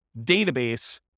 database